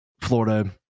Florida